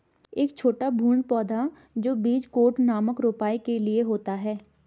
एक छोटा भ्रूण पौधा जो बीज कोट नामक रोपाई के लिए होता है